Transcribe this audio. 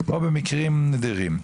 או במקרים נדירים.